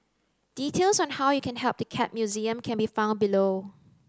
details on how you can help the Cat Museum can be found below